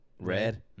red